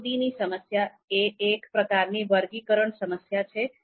નાબૂદીની સમસ્યા એ એક પ્રકારની વર્ગીકરણ સમસ્યા છે